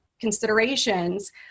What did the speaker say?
considerations